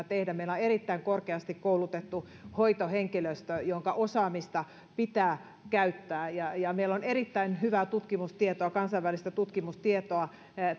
tehdä meillä on erittäin korkeasti koulutettu hoitohenkilöstö jonka osaamista pitää käyttää ja ja meillä on erittäin hyvää kansainvälistä tutkimustietoa